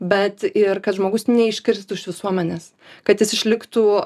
bet ir kad žmogus neiškristų iš visuomenės kad jis išliktų